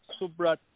Subrat